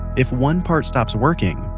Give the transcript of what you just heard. if one part stops working,